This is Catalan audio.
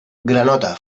granota